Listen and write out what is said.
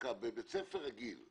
בבית ספר רגיל,